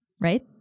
right